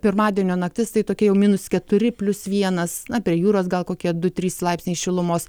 pirmadienio naktis tai tokia jau minus keturi plius vienas na prie jūros gal kokie du trys laipsniai šilumos